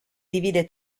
divide